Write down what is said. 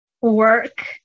work